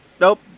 nope